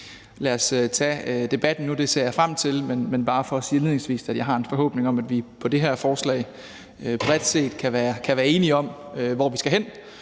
lad os tage debatten nu. Det ser jeg frem til, men jeg vil bare sige indledningsvis, at jeg har en forhåbning om, at vi, hvad angår det her forslag, bredt set kan være enige om, hvor vi skal hen,